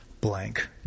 blank